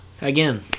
again